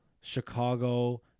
Chicago